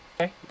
Okay